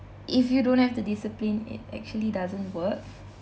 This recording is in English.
if you don't have the discipline it actually doesn't work